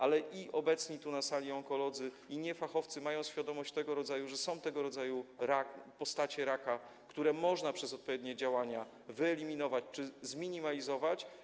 Ale i obecni tu na sali onkolodzy, i niefachowcy mają świadomość, że są tego rodzaju postacie raka, które można przez odpowiednie działania wyeliminować czy zminimalizować.